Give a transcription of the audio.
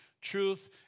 truth